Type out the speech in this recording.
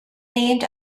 named